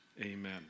Amen